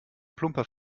plumper